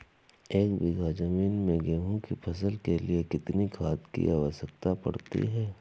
एक बीघा ज़मीन में गेहूँ की फसल के लिए कितनी खाद की आवश्यकता पड़ती है?